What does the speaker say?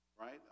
Right